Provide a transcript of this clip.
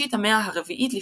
בראשית המאה ה-4 לפנה"ס.